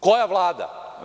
Koja vlada?